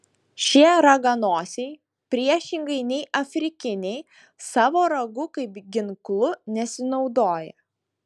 šie raganosiai priešingai nei afrikiniai savo ragu kaip ginklu nesinaudoja